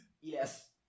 Yes